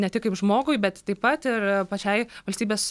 ne tik kaip žmogui bet taip pat ir pačiai valstybės